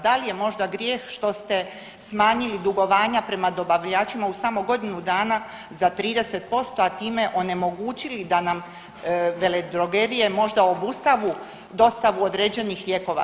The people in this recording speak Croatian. Da li je možda grijeh što ste smanjili dugovanja prema dobavljačima u samo godinu dana za 30%, a time onemogućili da nam veledrogerije možda obustavu dostavu određenih lijekova?